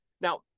Now